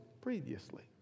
previously